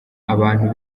abantu